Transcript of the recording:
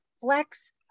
Flex